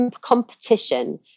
competition